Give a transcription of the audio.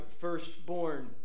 firstborn